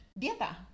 Dieta